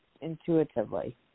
intuitively